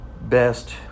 best